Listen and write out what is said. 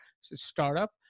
startup